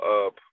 up